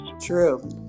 True